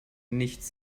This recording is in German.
nichts